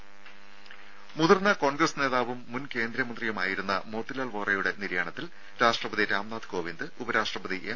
രുര മുതിർന്ന കോൺഗ്രസ് നേതാവും മുൻ കേന്ദ്രമന്തിയുമായിരുന്ന മോത്തിലാൽ വോറയുടെ നിര്യാണത്തിൽ രാഷ്ട്രപതി രാംനാഥ് കോവിന്ദ് ഉപരാഷ്ട്രപതി എം